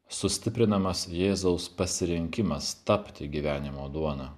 sustiprinamas jėzaus pasirinkimas tapti gyvenimo duona